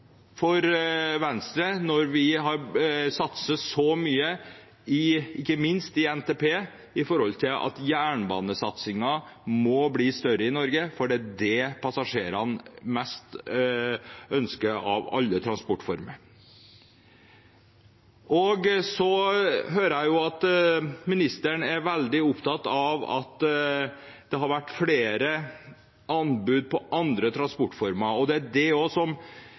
for Venstre når vi har satset så mye – ikke minst i NTP – for at jernbanesatsingen må bli større i Norge, for det er den transportformen passasjerene ønsker mest av alle transportformer. Jeg hører at ministeren er veldig opptatt av at det har vært flere anbud på andre transportformer. Det er også det vi spekulerer på. Hvorfor er det ikke like interessant å konkurranseutsette jernbane som